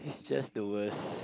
he's just the worst